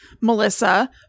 Melissa